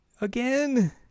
again